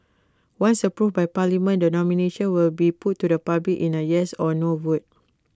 once approved by parliament the nomination will be put to the public in A yes or no vote